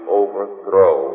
overthrow